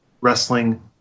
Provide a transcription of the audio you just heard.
wrestling